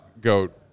Goat